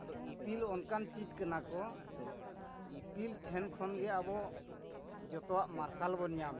ᱟᱫᱚ ᱤᱯᱤᱞ ᱚᱱᱠᱟᱱ ᱪᱤᱪ ᱠᱟᱱᱟ ᱠᱚ ᱤᱯᱤᱞ ᱴᱷᱮᱱ ᱠᱷᱚᱱ ᱜᱮ ᱟᱵᱚ ᱡᱚᱛᱚᱣᱟᱜ ᱢᱟᱨᱥᱟᱞ ᱵᱚᱱ ᱧᱟᱢᱮᱜᱼᱟ